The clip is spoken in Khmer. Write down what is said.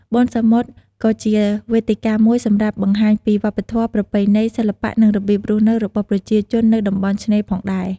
បុណ្យសមុទ្រក៏ជាវេទិកាមួយសម្រាប់បង្ហាញពីវប្បធម៌ ប្រពៃណី សិល្បៈ និងរបៀបរស់នៅរបស់ប្រជាជននៅតំបន់ឆ្នេរផងដែរ។